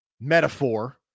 metaphor